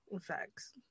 Facts